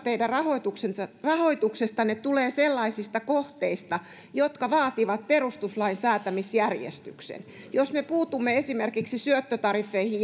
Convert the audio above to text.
teidän rahoituksestanne tulee sellaisista kohteista jotka vaativat perustuslain säätämisjärjestyksen esimerkiksi syöttötariffeihin